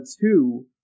two